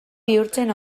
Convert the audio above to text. bihurtzen